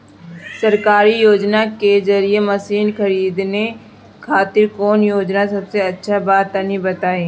सरकारी योजना के जरिए मशीन खरीदे खातिर कौन योजना सबसे अच्छा बा तनि बताई?